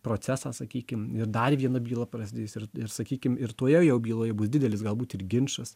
procesą sakykim ir dar viena byla prasidės ir ir sakykim ir toje jau byloje bus didelis galbūt ir ginčas